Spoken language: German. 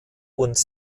und